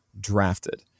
drafted